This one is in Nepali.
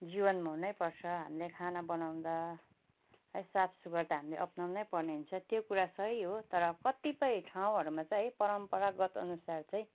जीवनमा हुनै पर्छ हामीले खाना बनाउँदा है साफ सुग्घर त हामले अपनाउनै पर्ने हुन्छ त्यो कुरा सही हो तर कतिपय ठाउँहरूमा चाहिँ परम्परागत अनुसार चाहिँ